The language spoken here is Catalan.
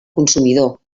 consumidor